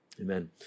Amen